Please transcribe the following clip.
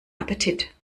appetit